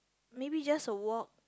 maybe just a walk